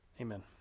Amen